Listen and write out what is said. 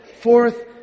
fourth